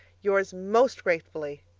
yours most gratefully,